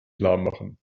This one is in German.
klarmachen